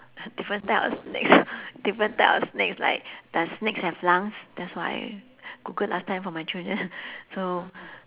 the different type of snakes different type of snakes like does snakes have lungs that's what I googled last time for my children so